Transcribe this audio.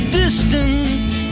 distance